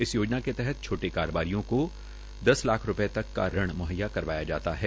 इस योजना के तहत छोटे कारोबारियों को दस लाख रूपये तक का ऋण मुहैया करवाया जाता है